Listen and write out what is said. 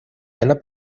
einer